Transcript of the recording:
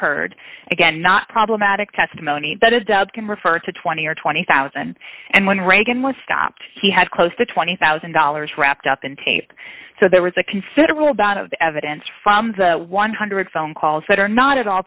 heard again not problematic testimony that is dubbed can refer to twenty or twenty thousand dollars and when reagan was stopped he had close to twenty thousand dollars wrapped up in tape so there was a considerable amount of evidence from the one hundred dollars phone calls that are not at all